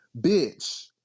Bitch